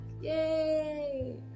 Yay